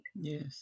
Yes